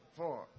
four